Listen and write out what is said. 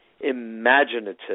imaginative